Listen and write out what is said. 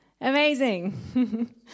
Amazing